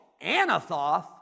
Anathoth